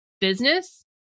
business